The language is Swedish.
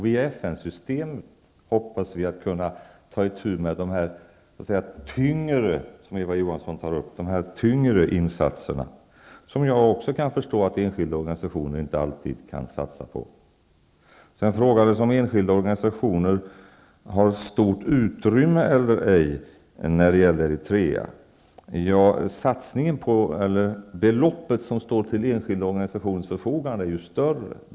Via FN-systemet hoppas vi kunna ta itu med de tyngre insatserna som Eva Johansson berörde och som jag också kan förstå att enskilda organisationer inte alltid kan satsa på. Sedan frågades det om enskilda organistioner har stort utrymme eller ej när det gäller Eritrea. Beloppet som står till enskilda organisationers förfogande är nu större än tidigare.